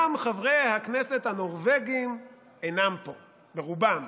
גם חברי הכנסת הנורבגים אינם פה ברובם,